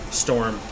storm